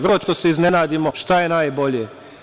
Vrlo često se iznenadimo šta je najbolje.